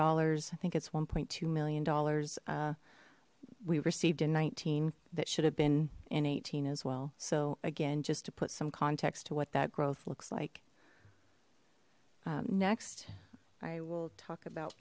dollars i think it's one two million dollars we received a nineteen that should have been in eighteen as well so again just to put some context to what that growth looks like next i will talk about